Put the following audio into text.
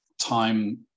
time